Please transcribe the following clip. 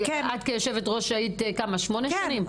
כיושבת-ראש הוועדה במשך שמונה שנים,